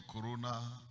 corona